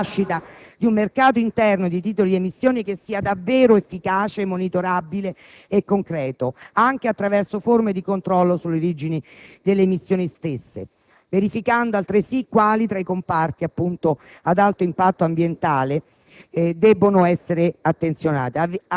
emissioni sia adeguate iniziative volte alla nascita di un mercato interno di titoli di emissione che sia davvero efficace, monitorabile e concreto, anche attraverso forme di controllo sull'origine delle emissioni stesse, verificando altresì quali tra i comparti a alto impatto ambientale